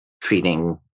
treating